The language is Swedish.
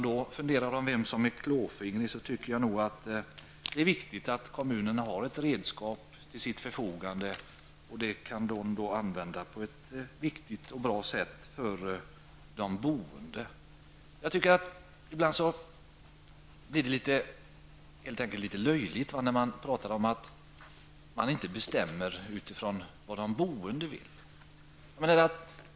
På tal om vem som är klåfingrig vill jag säga att jag tycker att det är viktigt att kommunerna har ett redskap till sitt förfogande, och det kan de då använda på ett riktigt och bra sätt för de boende. Ibland blir det litet löjligt när det talas om att man inte bestämmer utifrån vad de boende vill.